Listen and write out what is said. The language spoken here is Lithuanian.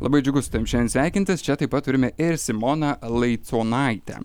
labai džiugu su tavim šiandien sveikintis čia taip pat turime ir simoną laiconaitę